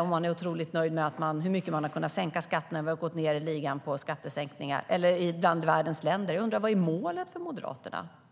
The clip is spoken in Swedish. och man är otroligt nöjd över hur mycket man har kunnat sänka skatten och att vi har sjunkit i ligan bland världens länder. Jag undrar vad målet för Moderaterna är.